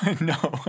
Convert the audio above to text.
No